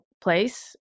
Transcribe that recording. place